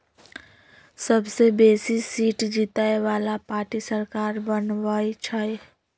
सबसे बेशी सीट जीतय बला पार्टी सरकार बनबइ छइ